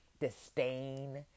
disdain